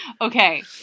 Okay